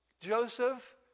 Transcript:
Joseph